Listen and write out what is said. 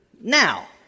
now